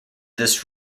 this